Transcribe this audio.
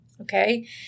okay